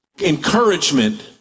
encouragement